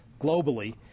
globally